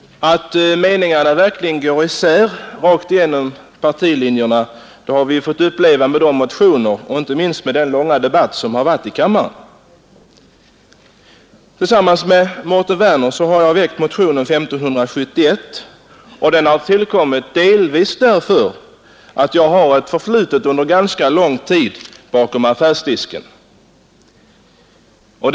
Att meningarna verkligen går isär rakt igenom partilinjerna har vi fått uppleva genom motioner och inte minst genom den långa debatt som nu pågår i kammaren. Tillsammans med herr Mårten Werner har jag väckt motionen 1571. Den har tillkommit delvis för att jag har ett förflutet bakom affärsdisken under ganska lång tid.